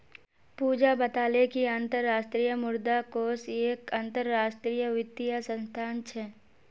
पूजा बताले कि अंतर्राष्ट्रीय मुद्रा कोष एक अंतरराष्ट्रीय वित्तीय संस्थान छे